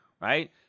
right